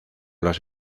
los